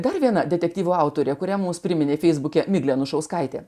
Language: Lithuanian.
dar viena detektyvų autorė kuria mums priminė feisbuke miglė anušauskaitė